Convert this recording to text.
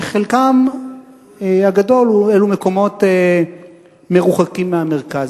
שחלקם הגדול הם מקומות מרוחקים מהמרכז.